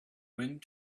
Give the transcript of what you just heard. wind